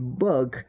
bug